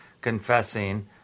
confessing